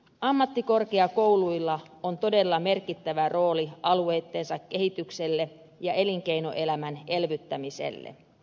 ammattikorkeakouluilla on todella merkittävä rooli alueittensa kehitykselle ja elinkeinoelämän elvyttämiselle